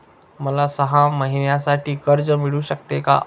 मला सहा महिन्यांसाठी कर्ज मिळू शकते का?